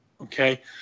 Okay